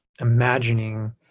imagining